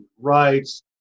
rights